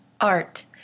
art